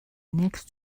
next